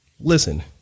Listen